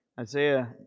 Isaiah